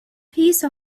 piece